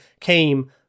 came